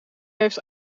heeft